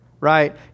right